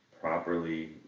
properly